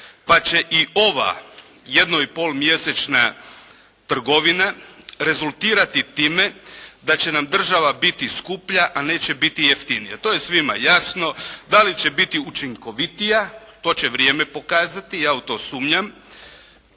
pa će i ova jedno i pol mjesečna trgovina rezultirati time da će nam država biti skuplja a neće biti jeftinija. To je svima jasno. Da li će biti učinkovitija to će vrijeme pokazati. Ja u to sumnjam.